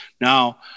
now